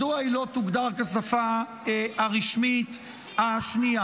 מדוע היא לא תוגדר כשפה הרשמית השנייה.